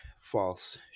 false